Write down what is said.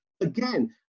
again